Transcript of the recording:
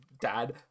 Dad